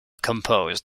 composed